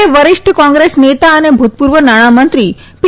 એ વરિષ્ઠ કોંગ્રેસ નેતા અને ભૂતપૂર્વ નાણાં મંત્રી પી